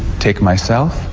take myself,